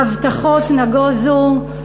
ההבטחות נגוזו,